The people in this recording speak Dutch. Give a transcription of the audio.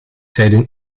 zeiden